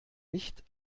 nicht